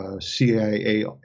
CIA